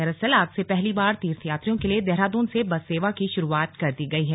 दरअसल आज से पहली बार तीर्थयात्रियों के लिए देहरादून से बस सेवा की शुरुआत कर दी गई है